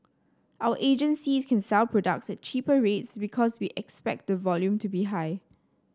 our agencies can sell products at cheaper rates because we expect the volume to be high